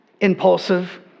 impulsive